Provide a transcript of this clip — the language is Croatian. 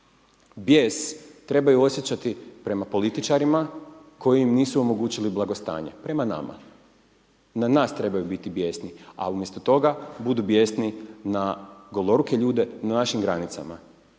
Bijes trebaju osjećati prema političarima koji im nisu omogućili blagostanje, prema nama. Na nas trebaju biti bijesni ali umjesto toga budu bijesni na goloruke ljude na našim granicama